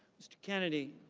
mr. kennedy.